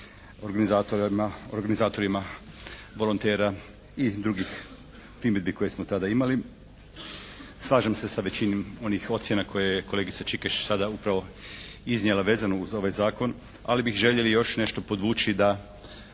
organizatorima volontera i drugih primjedbi koje smo tada imali. Slažem se sa većinom onih ocjena koje je kolegica Čikeš sada upravo iznijela vezano uz ovaj zakon. Ali bi željeli još nešto podvući da